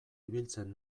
ibiltzen